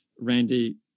Randy